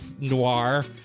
noir